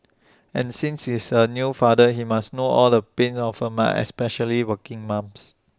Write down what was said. and since he's A new father he must know all the pains of A mum especially working mums